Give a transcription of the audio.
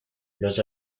los